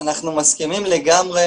אנחנו מסכימים לגמרי